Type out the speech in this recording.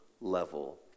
level